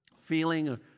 feeling